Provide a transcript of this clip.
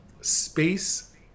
space